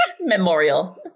Memorial